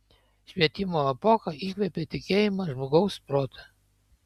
švietimo epocha įkvėpė tikėjimą žmogaus protu